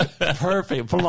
Perfect